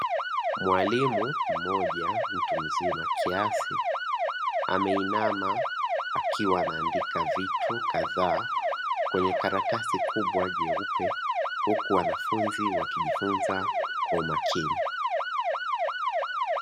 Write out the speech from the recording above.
Mwalimu mmoja mtu mzima kiasi ameinama, huku akiandika vitu kadhaa kwenye karatasi kubwa nyeupe huku wanafunzi wakijifunza kwa umakini.